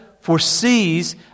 foresees